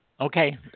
Okay